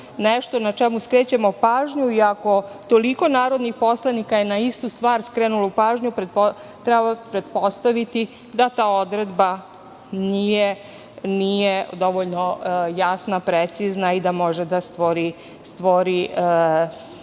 na šta skrećemo pažnju. Ako je toliko narodnih poslanika na istu stvar skrenulo pažnju, treba pretpostaviti da ta odredba nije dovoljno jasna, precizna i da može da stvori